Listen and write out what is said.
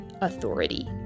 authority